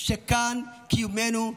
שכאן קיומנו.